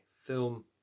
film